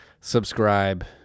subscribe